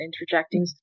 interjecting